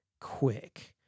quick